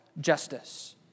justice